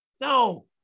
No